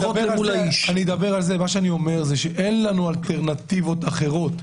פחות אל מול האיש אני מדבר על זה שאין לנו אלטרנטיבות אחרות.